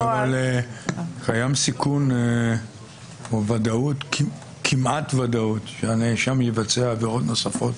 קיים סיכוי או כמעט ודאות שהנאשם יבצע עבירות נוספות,